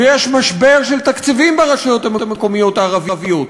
ויש משבר של תקציבים ברשויות המקומיות הערביות,